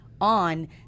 on